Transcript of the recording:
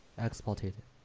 exported